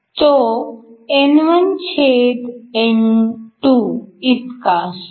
तो इतका असतो